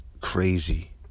crazy